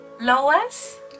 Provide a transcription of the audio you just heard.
Lois